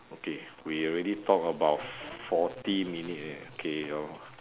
okay we already talk about forty minutes already okay lor